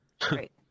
great